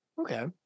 Okay